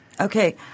Okay